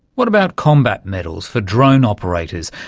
what about combat medals for drone operators,